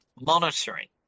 monitoring